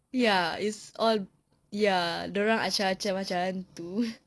ya it's all ya dia orang acah-acah macam hantu